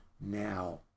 now